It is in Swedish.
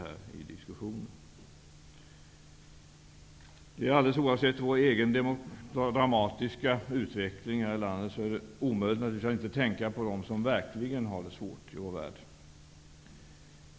Det är naturligtvis, alldeles oavsett vår egen dramatiska utveckling här i landet, omöjligt att inte tänka på dem som verkligen har det svårt i vår värld.